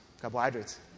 Carbohydrates